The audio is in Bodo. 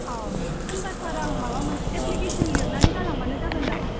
अ होनब्ला सार आं माबा मोनसे एप्लिकेसन लिरनानै गालांब्लानो जागोन नामा